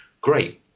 great